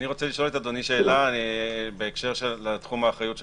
אני רוצה לשאול את אדוני שאלה בהקשר של תחום האחריות שלכם,